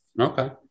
Okay